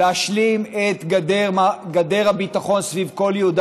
להשלים את גדר הביטחון סביב כל יהודה